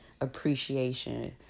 appreciation